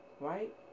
Right